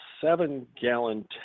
seven-gallon